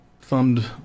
thumbed